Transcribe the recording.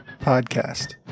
podcast